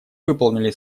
выполнили